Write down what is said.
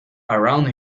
around